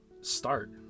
start